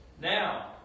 Now